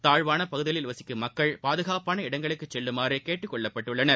தாழ்வானபகுதிகளில் வசிக்கும் மக்கள் பாதுகாப்பான இடங்களுக்குச் செல்லுமாறுகேட்டுக் கொள்ளப்பட்டுள்ளனர்